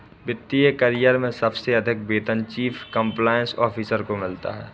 वित्त करियर में सबसे अधिक वेतन चीफ कंप्लायंस ऑफिसर को मिलता है